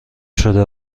شده